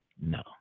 No